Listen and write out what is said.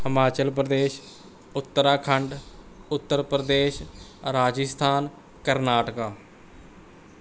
Himachal Pradesh Uttarakhand Uttar Pradesh Rajasthan Karnataka